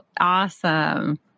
awesome